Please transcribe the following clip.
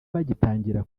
bagitangira